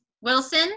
Wilson